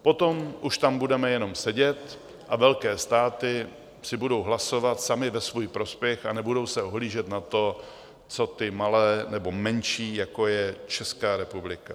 Potom už tam budeme jenom sedět a velké státy si budou hlasovat samy ve svůj prospěch a nebudou se ohlížet na to, co ty malé nebo menší, jako je Česká republika.